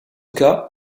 cas